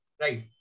right